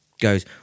goes